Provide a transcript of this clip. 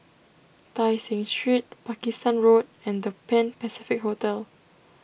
Tai Seng Street Pakistan Road and the Pan Pacific Hotel